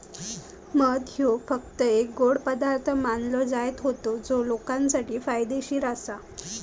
मध ह्यो फक्त एक गोड पदार्थ मानलो जायत होतो जो लोकांसाठी फायदेशीर आसा